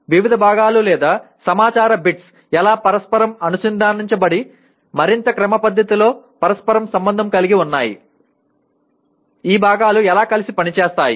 వివిధ భాగాలు లేదా సమాచార బిట్స్ ఎలా పరస్పరం అనుసంధానించబడి మరింత క్రమపద్ధతిలో పరస్పరం సంబంధం కలిగి ఉన్నాయి ఈ భాగాలు ఎలా కలిసి పనిచేస్తాయి